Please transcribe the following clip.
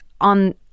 on